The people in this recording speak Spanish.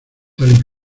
tal